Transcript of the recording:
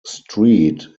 street